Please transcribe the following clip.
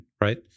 right